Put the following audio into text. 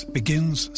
begins